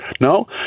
No